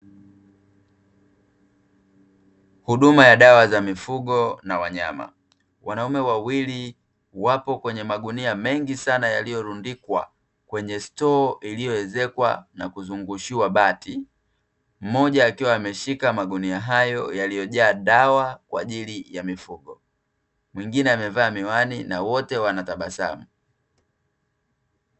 Huduma ya dawa za mifugo na wanyama. Wanaume wawili wapo kwenye magunia mengi sana yaliyorundikwa kwenye stoo iliyoezekwa na kuzunguushiwa bati, mmoja akiwa ameshika magunia hayo yaliyojaa dawa kwa ajili ya mifugo, mwingine amevaa miwani na wote wanatabasamu.